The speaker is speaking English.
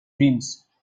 dreams